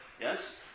Yes